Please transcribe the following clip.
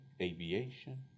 aviation